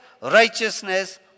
righteousness